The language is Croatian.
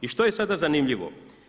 I što je sada zanimljivo?